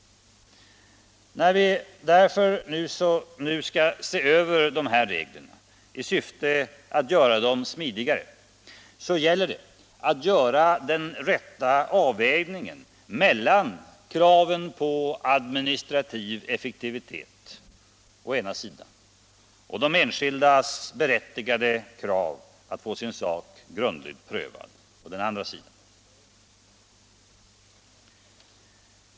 När vi därför nu skall se över dessa regler i syfte att göra dem smidigare gäller det att göra den rätta avvägningen mellan kraven på administrativ effektivitet å ena sidan och den enskildes berättigade krav på att få sin sak grundligt prövad å den andra sidan.